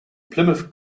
plymouth